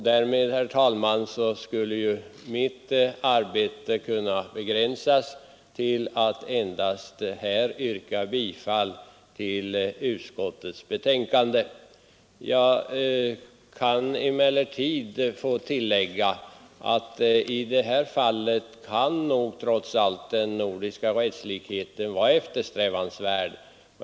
Därmed, herr talman, skulle min insats kunna begränsas till att yrka bifall till utskottets förslag. Jag vill emellertid tillägga att i det här fallet kan nog trots allt den nordiska rättslikheten vara eftersträvansvärd.